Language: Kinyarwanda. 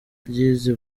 ry’izi